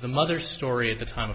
the mother story at the time